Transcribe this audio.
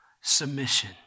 submission